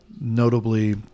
notably